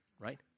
right